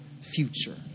future